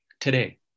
today